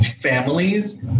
families